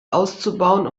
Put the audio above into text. auszubauen